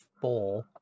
four